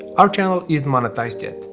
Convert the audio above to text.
our channel isn't monetized yet,